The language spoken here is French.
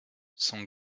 son